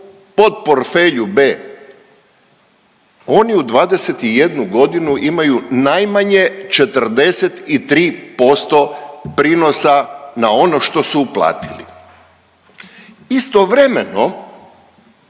podporfelju B oni u 21 godinu imaju najmanje 43% prinosa na ono što su uplatili. Istovremeno